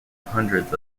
hundreds